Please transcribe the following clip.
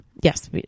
Yes